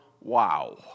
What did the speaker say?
wow